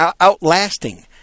outlasting